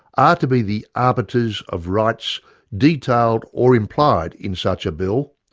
are to be the arbiters of rights detailed or implied in such a bill,